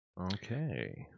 Okay